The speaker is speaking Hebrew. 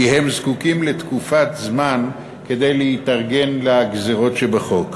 כי הם זקוקים לתקופת זמן כדי להתארגן לגזירות שבחוק.